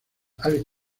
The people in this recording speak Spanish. alec